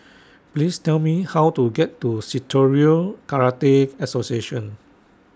Please Tell Me How to get to Shitoryu Karate Association